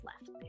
left